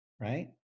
right